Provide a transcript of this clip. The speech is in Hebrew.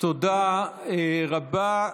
תודה רבה.